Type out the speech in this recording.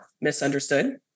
misunderstood